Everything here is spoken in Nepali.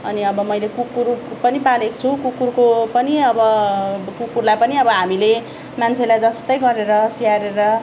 अनि अब मैले कुकुर पनि पालेको छु कुकुरको पनि अब कुकुरलाई पनि अब हामीले मान्छेलाई जस्तै गरेर स्याहारेर